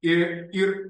ir ir